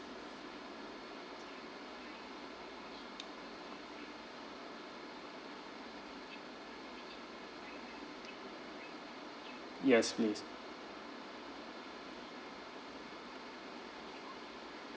yes please